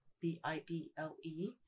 B-I-B-L-E